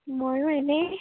ময়ো এনেই